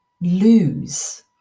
lose